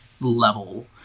level